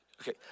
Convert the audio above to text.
Okay